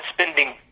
spending